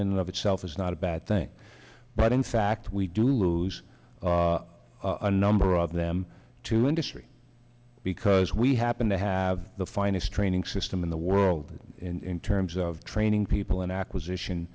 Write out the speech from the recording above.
of itself is not a bad thing but in fact we do lose a number of them to industry because we happen to have the finest training system in the world in terms of training people in acquisition